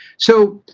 so,